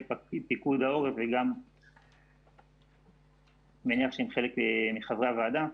פיקוד העורף וגם אני מניח עם חלק מחברי הוועדה.